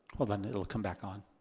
hold on, it'll come back on.